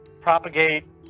propagate